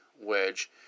wedge